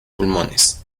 pulmones